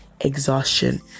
exhaustion